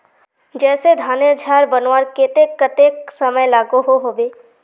जैसे धानेर झार बनवार केते कतेक समय लागोहो होबे?